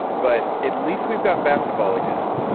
but at least we've got basketball again.